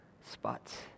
spots